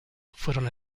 fueron